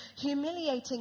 humiliating